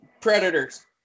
Predators